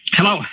Hello